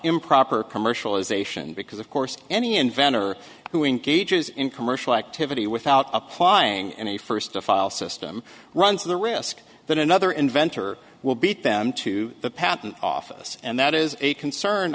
improper commercialization because of course any inventor who engages in commercial activity without applying any first to file system runs the risk that another inventor will beat them to the patent office and that is a concern